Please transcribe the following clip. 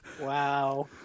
Wow